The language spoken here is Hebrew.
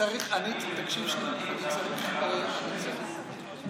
נוספו תקנים למינוי רבנים גם בממשלה בראשות הליכוד,